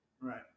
Right